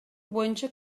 боюнча